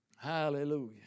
hallelujah